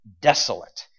desolate